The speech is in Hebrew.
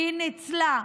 והיא ניצלה.